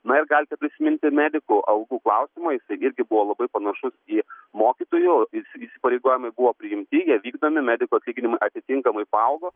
na ir galite prisiminti medikų algų klausimą irgi buvo labai panašus į mokytojų į įsipareigojimai buvo priimti jie vykdomi medikų atlyginimai atitinkamai paaugo